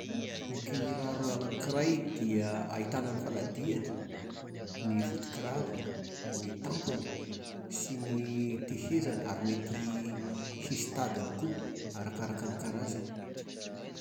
Ny kir-raro anankiray dia ahitana ny faladihany, ny vodin-kiraro, ny tampony sy ny tehezany ary mety hisy tadiny koa arakaraky ny karazany